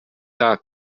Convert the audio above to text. are